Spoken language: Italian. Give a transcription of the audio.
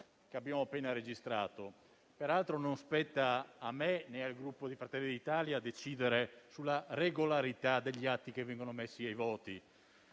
del voto appena registrato. Peraltro non spetta né a me né al Gruppo di Fratelli d'Italia decidere sulla regolarità degli atti che vengono messi ai voti,